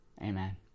amen